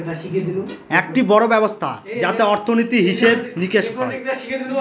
একটি বড়ো ব্যবস্থা যাতে অর্থনীতি, হিসেব নিকেশ হয়